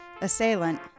assailant